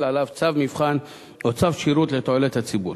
עליו צו מבחן או צו שירות לתועלת הציבור.